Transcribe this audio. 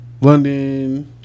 London